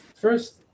first